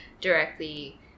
directly